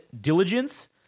diligence